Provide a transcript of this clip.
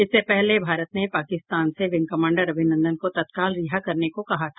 इससे पहले भारत ने पाकिस्तान से विंग कमांडर अभिनंदन को तत्काल रिहा करने को कहा था